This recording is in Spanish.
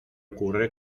ocurre